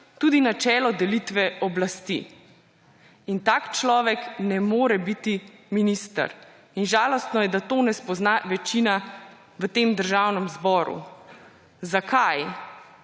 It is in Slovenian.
tudi načelo delitve oblasti. Tak človek ne more biti minister. In žalostno je, da to ne spozna večina v tem državnem zboru. Zakaj?